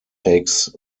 takes